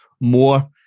more